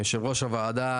יושב ראש הוועדה,